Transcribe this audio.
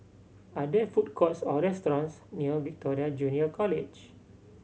are there food courts or restaurants near Victoria Junior College